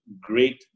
great